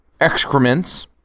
excrements